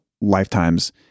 lifetimes